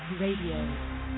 Radio